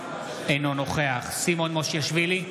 אינו נוכח סימון מושיאשוילי,